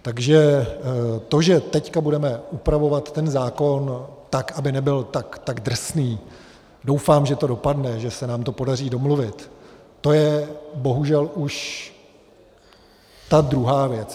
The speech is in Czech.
Takže to, že teď budeme upravovat ten zákon tak, aby nebyl tak drsný, doufám, že to dopadne, že se nám to podaří domluvit, to je bohužel už ta druhá věc.